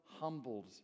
humbled